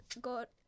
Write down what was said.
got